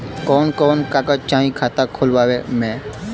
कवन कवन कागज चाही खाता खोलवावे मै?